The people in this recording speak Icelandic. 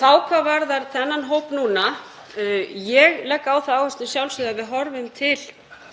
Þá hvað varðar þennan hóp núna. Ég legg á það áherslu að sjálfsögðu að við horfum til